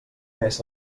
més